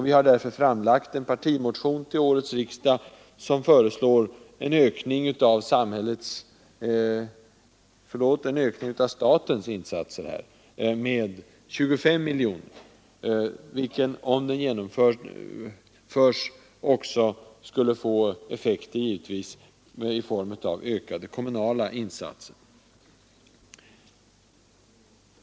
Vi har därför framlagt en partimotion, där vi föreslår en ökning av statens insatser med 25 miljoner kronor. En sådan höjning skulle givetvis också få effekter i form av ökade kommunala insatser.